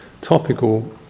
topical